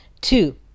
Two